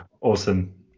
Awesome